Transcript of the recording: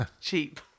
Cheap